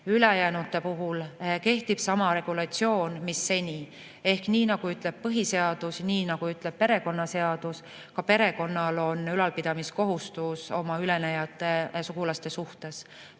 Ülejäänute puhul kehtib sama regulatsioon, mis seni. Ehk nii nagu ütleb põhiseadus ja nii nagu ütleb perekonnaseadus, on ka perekonnal ülalpidamiskohustus oma ülenejate sugulaste suhtes.